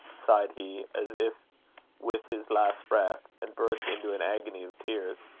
sighed he, as if with his last breath, and burst into an agony of tears.